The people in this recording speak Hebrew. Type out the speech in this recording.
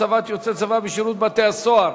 (הצבת יוצאי צבא בשירות בתי-הסוהר)